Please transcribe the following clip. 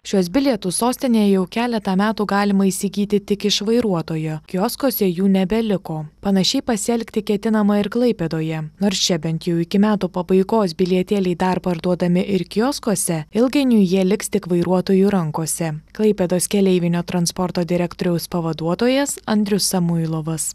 šiuos bilietus sostinėj jau keletą metų galima įsigyti tik iš vairuotojo kioskuose jų nebeliko panašiai pasielgti ketinama ir klaipėdoje nors čia bent jau iki metų pabaigos bilietėliai dar parduodami ir kioskuose ilgainiui jie liks tik vairuotojų rankose klaipėdos keleivinio transporto direktoriaus pavaduotojas andrius samuilovas